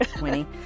Winnie